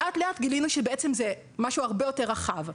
לאט לאט גילינו שזה משהו הרבה יותר רחב.